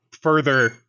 further